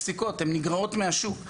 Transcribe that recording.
הן נגרעות מהשוק.